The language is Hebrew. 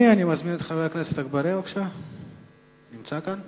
אני מזמין את חבר הכנסת עפו אגבאריה, לא נמצא.